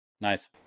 nice